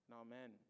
amen